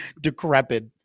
decrepit